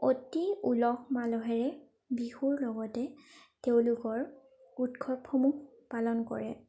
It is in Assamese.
অতি উলহ মালহেৰে বিহুৰ লগতে তেওঁলোকৰ উৎসৱসমূহ পালন কৰে